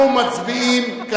ובכן, אנחנו מצביעים עכשיו.